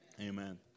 Amen